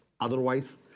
Otherwise